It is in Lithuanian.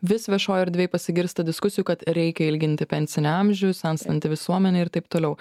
vis viešoj erdvėj pasigirsta diskusijų kad reikia ilginti pensinį amžių senstanti visuomenė ir taip toliau